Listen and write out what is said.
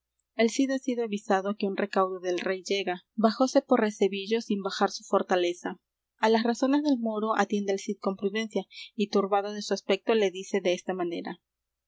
cid ha sido avisado que un recaudo del rey llega bajóse por recebillo sin bajar su fortaleza á las razones del moro atiende el cid con prudencia y turbado de su aspecto le dice desta manera